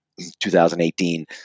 2018